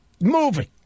Moving